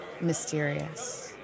mysterious